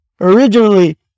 Originally